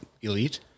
elite